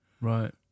Right